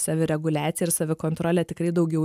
savireguliaciją ir savikontrolę tikrai daugiau